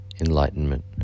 enlightenment